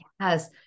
Yes